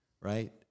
right